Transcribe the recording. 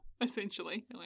essentially